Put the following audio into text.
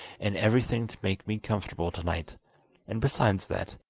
and everything to make me comfortable tonight and besides that,